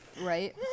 right